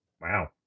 Wow